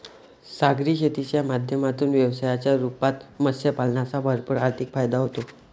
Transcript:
सागरी शेतीच्या माध्यमातून व्यवसायाच्या रूपात मत्स्य पालनाचा भरपूर आर्थिक फायदा होतो